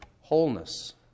wholeness